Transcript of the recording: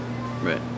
right